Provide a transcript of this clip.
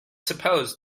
suppose